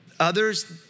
others